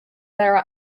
there